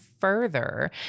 further